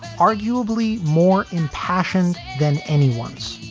arguably more impassioned than anyone's.